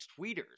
tweeters